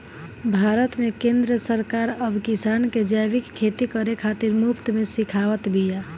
भारत में केंद्र सरकार अब किसान के जैविक खेती करे खातिर मुफ्त में सिखावत बिया